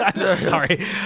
Sorry